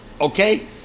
okay